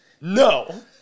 no